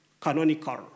canonical